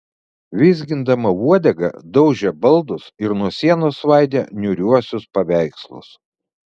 vizgindama uodegą daužė baldus ir nuo sienų svaidė niūriuosius paveikslus